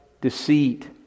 deceit